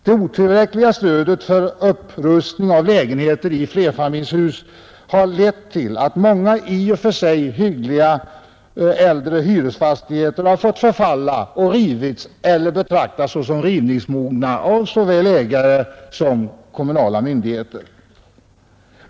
Det otillräckliga stödet för upprustning av lägenheter i flerfamiljshus har lett till att många i och för sig hyggliga, äldre hyresfastigheter fått förfalla och rivits eller betraktas som rivningsmogna av såväl ägare som kommunala myndigheter.